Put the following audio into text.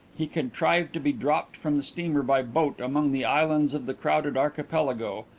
he contrived to be dropped from the steamer by boat among the islands of the crowded archipelago,